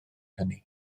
hynny